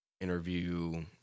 interview